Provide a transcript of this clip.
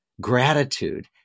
gratitude